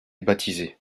baptisés